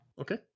Okay